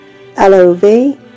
L-O-V